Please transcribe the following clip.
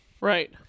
Right